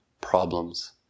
problems